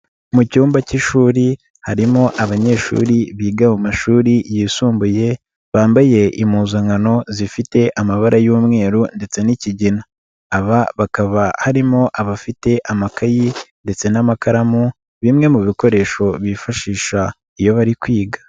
Mu cyumba cy'ishuri harimo abanyeshuri biga mu mashuri yisumbuye, bambaye impuzankano zifite amabara y'umweru ndetse n'ikigina, aba ha bakaba harimo abafite amakayi ndetse n'amakaramu bimwe mu bikoresho bifashisha iyo bari kwiga.